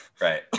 Right